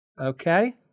Okay